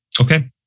Okay